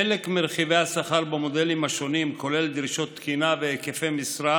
חלק מרכיבי השכר במודלים השונים כולל דרישות תקינה והיקפי משרה,